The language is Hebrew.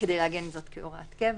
כדי לעגן זאת כהוראת קבע.